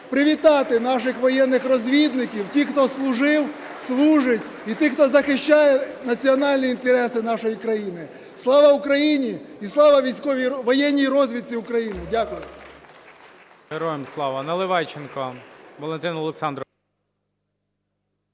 привітати наших воєнних розвідників! Тих, хто служив, служить, і тих, хто захищає національні інтереси нашої країни. (Оплески) Слава Україні! І слава воєнній розвідці України! Дякую.